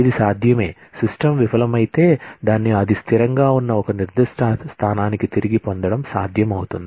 ఇది సాధ్యమే సిస్టమ్ విఫలమైతే దాన్ని అది స్థిరంగా ఉన్న ఒక నిర్దిష్ట స్థానానికి తిరిగి పొందడం సాధ్యమవుతుంది